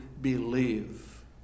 believe